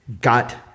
got